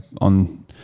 on